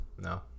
No